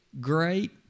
great